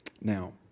Now